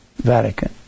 Vatican